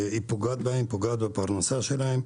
היא פוגעת בהם, פוגעת בפרנסה שלהם.